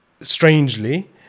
Strangely